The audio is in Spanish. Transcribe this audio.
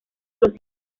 los